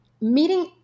meeting